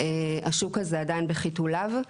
השוק הזה עדיין בחיתוליו,